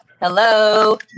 Hello